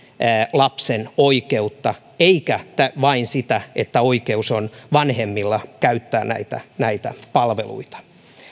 lapsen oikeutta eikä vain sitä että oikeus on vanhemmilla käyttää näitä näitä palveluita